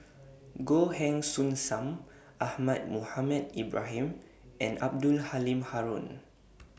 Goh Heng Soon SAM Ahmad Mohamed Ibrahim and Abdul Halim Haron